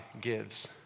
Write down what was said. gives